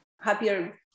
happier